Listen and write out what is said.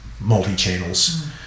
multi-channels